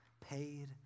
paid